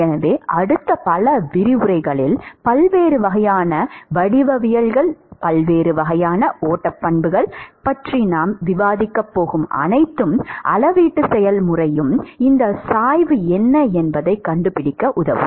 எனவே அடுத்த பல விரிவுரைகளில் பல்வேறு வகையான வடிவவியல்கள் பல்வேறு வகையான ஓட்ட பண்புகள் பற்றி நாம் விவாதிக்கப் போகும் அனைத்தும் அளவீட்டு செயல்முறையும் இந்த சாய்வு என்ன என்பதைக் கண்டுபிடிக்கஉதவும்